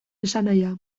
esanahia